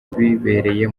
bibereye